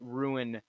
ruin